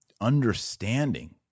understanding